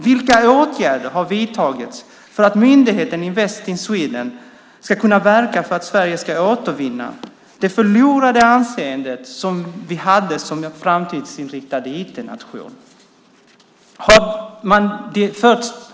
Vilka åtgärder har vidtagits för att myndigheten Invest in Sweden ska kunna verka för att Sverige ska kunna återvinna det anseende som vi hade som en framtidsinriktad IT-nation?